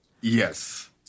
Yes